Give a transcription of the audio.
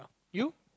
you